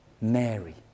Mary